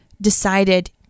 decided